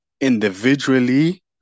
individually